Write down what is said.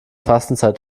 fastenzeit